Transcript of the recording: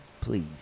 Please